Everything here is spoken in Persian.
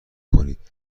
کنید